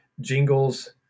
jingles